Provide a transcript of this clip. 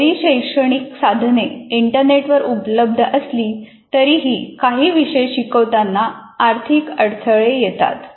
जरी शैक्षणिक साधने इंटरनेटवर उपलब्ध असली तरीही काही विषय शिकवताना आर्थिक अडथळे येतात